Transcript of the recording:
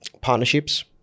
partnerships